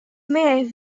may